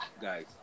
guys